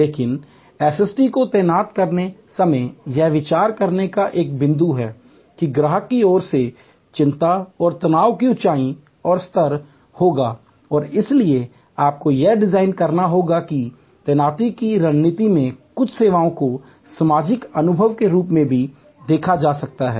लेकिन एसएसटी को तैनात करते समय यह विचार करने का एक बिंदु है कि ग्राहक की ओर से चिंता और तनाव की ऊंचाई और स्तर होगा और इसलिए आपको यह डिजाइन करना होगा कि तैनाती की रणनीति में कुछ सेवाओं को सामाजिक अनुभव के रूप में भी देखा जा सकता है